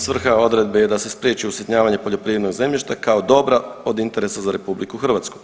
Svrha odredbe je da se spriječi usitnjavanje poljoprivrednog zemljišta kao dobra od interesa za RH.